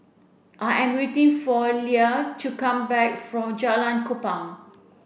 I am waiting for Leia to come back from Jalan Kupang